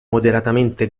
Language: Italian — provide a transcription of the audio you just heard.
moderatamente